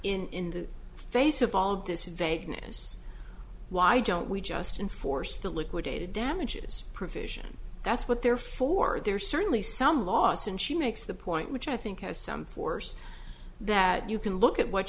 in the face of all of this vagueness why don't we just enforce the liquidated damages provision that's what there for there is certainly some loss and she makes the point which i think has some force that you can look at what